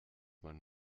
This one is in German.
man